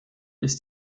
ist